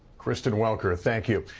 kristen welker, thank you.